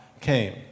came